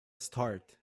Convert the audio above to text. start